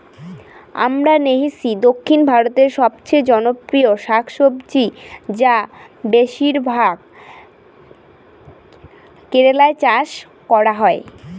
আমরান্থেইসি দক্ষিণ ভারতের সবচেয়ে জনপ্রিয় শাকসবজি যা বেশিরভাগ কেরালায় চাষ করা হয়